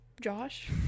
Josh